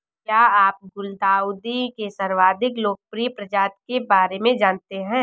क्या आप गुलदाउदी के सर्वाधिक लोकप्रिय प्रजाति के बारे में जानते हैं?